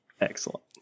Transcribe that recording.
Excellent